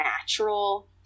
natural